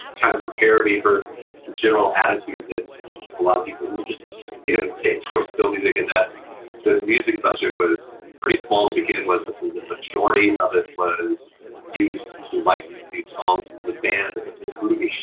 kind of prepared me for the general attitude that a lot of people who just you know take towards film music and that the music budget was pretty small to begin with, that the the majority of it was used to license these songs for the band that was in the movie.